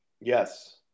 Yes